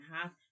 half